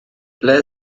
ble